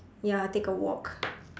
ya take a walk